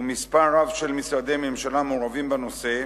ומספר רב של משרדי ממשלה מעורבים בנושא,